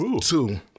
Two